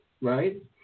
right